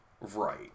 Right